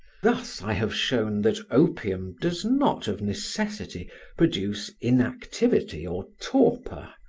thus i have shown that opium does not of necessity produce inactivity or torpor,